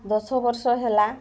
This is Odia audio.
ଦଶ ବର୍ଷ ହେଲା